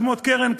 אדמות קרן קיימת,